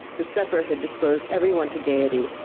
the supper had disposed every one to gaiety,